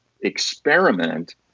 experiment